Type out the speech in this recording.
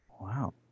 wow